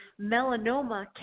melanoma